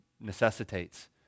necessitates